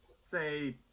say